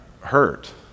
hurt